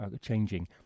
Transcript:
changing